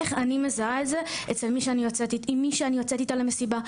איך אני מזהה את זה עם מי שאני יוצאת איתה למסיבה,